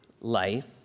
life